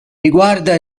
riguarda